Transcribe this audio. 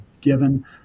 given